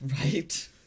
right